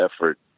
effort